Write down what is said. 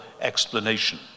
explanation